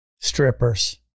strippers